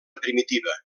primitiva